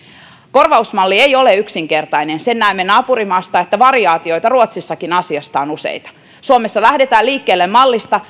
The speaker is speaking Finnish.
korvausmalli ei ole yksinkertainen sen näemme naapurimaasta variaatioita ruotsissakin asiasta on useita suomessa lähdetään liikkeelle mallista